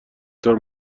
طور